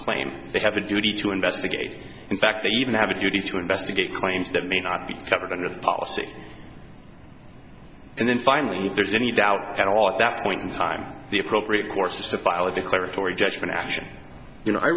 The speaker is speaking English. claim they have a duty to investigate in fact they even have a duty to investigate claims that may not be covered under the policy and then finally there's any doubt at all at that point in time the appropriate course is to file a declaratory judgment action you know i